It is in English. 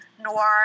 noir